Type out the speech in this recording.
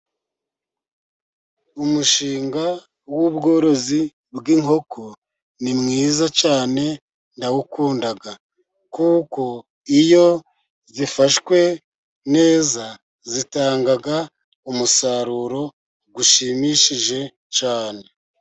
Umushinga w'ubworozi bwinkoko ni mwiza cyane ndawukunda kuko iyo zifashwe neza zitanga umusaruro ushimishije cyane.